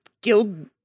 guild